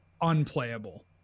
unplayable